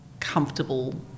Comfortable